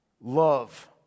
love